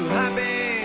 happy